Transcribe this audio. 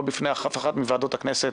לא בפני אף אחת מוועדות הכנסת,